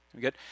Good